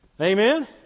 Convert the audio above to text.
Amen